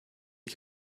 que